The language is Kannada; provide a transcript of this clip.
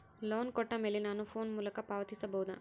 ಲೋನ್ ಕೊಟ್ಟ ಮೇಲೆ ನಾನು ಫೋನ್ ಮೂಲಕ ಪಾವತಿಸಬಹುದಾ?